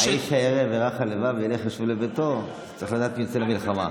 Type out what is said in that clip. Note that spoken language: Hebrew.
"האיש הירא ורך הלבב ילך וישב לביתו"; צריך לדעת מי יצא למלחמה.